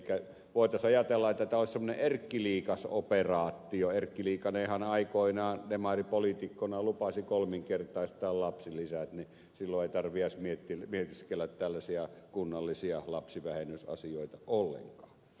elikkä voitaisiin ajatella että tämä olisi sellainen erkkiliikasoperaatio erkki liikanenhan aikoinaan demaripoliitikkona lupasi kolminkertaistaa lapsilisät niin silloin ei tarvitse edes mietiskellä tällaisia kunnallisia lapsivähennysasioita ollenkaan